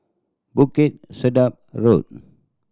Bukit Sedap Road